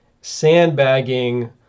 sandbagging